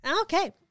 okay